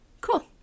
cool